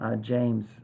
James